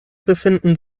befinden